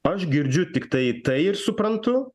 aš girdžiu tik tai tai ir suprantu